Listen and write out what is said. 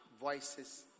voices